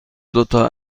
دوتا